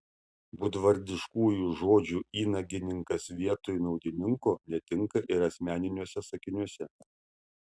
būdvardiškųjų žodžių įnagininkas vietoj naudininko netinka ir asmeniniuose sakiniuose